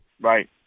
Right